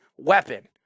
Weapon